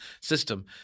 system